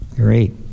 Great